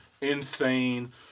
insane